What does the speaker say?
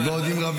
כולם